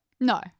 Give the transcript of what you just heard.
No